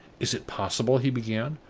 is it possible, he began,